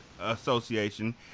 association